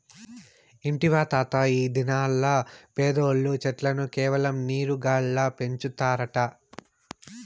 ఇంటివా తాతా, ఈ దినాల్ల పెద్దోల్లు చెట్లను కేవలం నీరు గాల్ల పెంచుతారట